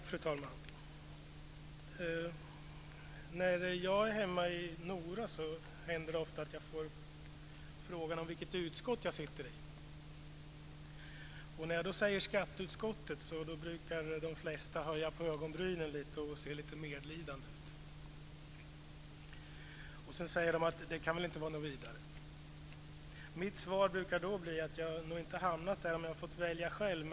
Fru talman! När jag är hemma i Nora händer det ofta att jag får frågan vilket utskott jag sitter i. När jag då säger skatteutskottet brukar de flesta höja på ögonbrynen och se lite medlidande ut. Det kan väl inte vara något vidare, säger de sedan. Mitt svar brukar då bli att jag nog inte hamnat där om jag fått välja själv.